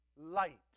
light